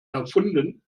erfunden